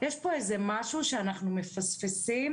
יש פה משהו שאנחנו מפספסים